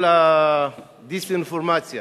כל הדיסאינפורמציה